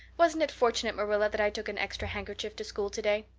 wasn't it fortunate, marilla, that i took an extra handkerchief to school today?